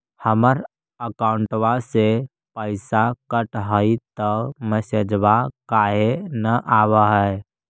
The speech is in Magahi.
हमर अकौंटवा से पैसा कट हई त मैसेजवा काहे न आव है?